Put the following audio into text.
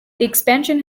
expansion